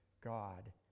God